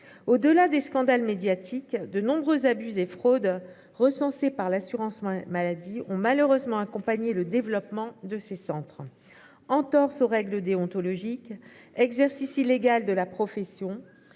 au delà des scandales médiatiques de nombreux abus et fraudes recensées par l'assurance maladie ont malheureusement accompagner le développement de ces centres entorse aux règles déontologiques exercice illégal de la profession.